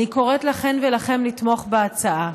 אני קוראת לכם ולכן לתמוך בהצעה.